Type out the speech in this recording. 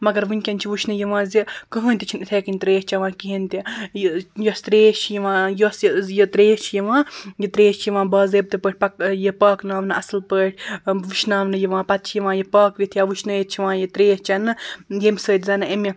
مگر وٕنکٮ۪ن چھِ وُچھنہٕ یِوان زِ کٕہٕنۍ تہِ چھُنہٕ یِتھٔے کٕنۍ ترٛیش چیٚوان کِہینۍ تہِ یہِ یۄس ترٛیش چھِ یِوان یۄس یہِ ترٛیش چھِ یِوان یہِ ترٛیش چھِ یِوان باضٲبطہٕ پٲٹھۍ پَک یہِ پاکناونہٕ اصٕل پٲٹھۍ وُشناونہٕ یِوان پتہٕ چھِ یِوان یہِ پاکٕوِتھ یا وُشنٲیِتھ چھِ یِوان یہِ ترٛیش چیٚنہٕ ییٚمہِ سۭتۍ زَنہٕ أمہِ